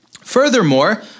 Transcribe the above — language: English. Furthermore